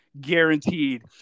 guaranteed